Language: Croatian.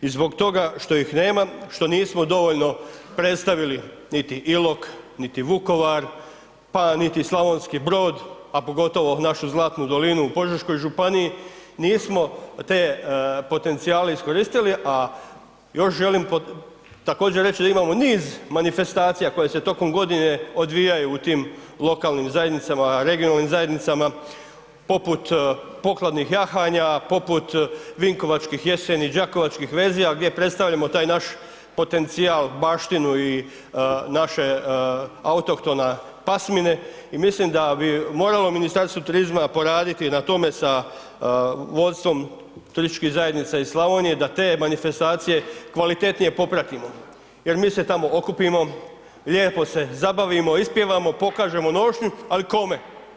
I zbog toga što ih nema, što nismo dovoljno predstavili niti Ilok, niti Vukovar, pa niti Slavonski Brod, a pogotovo našu zlatnu dolinu u Požeškoj županiji, nismo te potencijale iskoristili, a još želim također reći da imamo niz manifestacija koje se tokom godine odvijaju u tim lokalnim zajednicama, regionalnim zajednicama poput pokladnih jahanja, poput Vinkovačkih jeseni, Đakovačkih vezova gdje predstavljamo taj naš potencijal, baštinu i naše autohtone pasmine, i mislim da bi moralo Ministarstvo turizma poraditi na tome sa vodstvom turističkih zajednica iz Slavonije, da te manifestacije kvalitetnije popratimo, jer mi se tamo okupimo, lijepo se zabavimo, ispjevamo, pokažemo nošnju, ali kome?